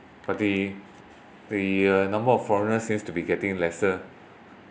per day the uh number of foreigners seems to be getting lesser